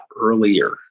earlier